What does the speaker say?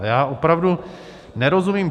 Já opravdu nerozumím.